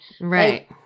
Right